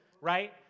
right